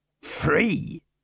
Free